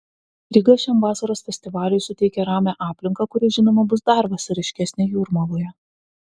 ryga šiam vasaros festivaliui suteikia ramią aplinką kuri žinoma bus dar vasariškesnė jūrmaloje